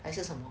还是什么